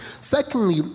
Secondly